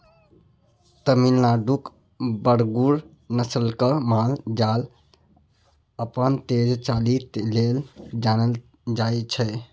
तमिलनाडुक बरगुर नस्लक माल जाल अपन तेज चालि लेल जानल जाइ छै